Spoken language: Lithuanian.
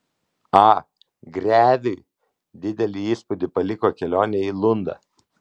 a greviui didelį įspūdį paliko kelionė į lundą